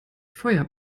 feuer